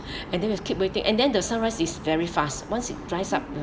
and then we've keep waiting and then the sun rise is very fast once it rise up